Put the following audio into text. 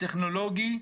טכנולוגי,